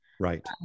Right